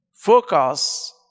Focus